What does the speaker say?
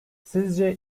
sizce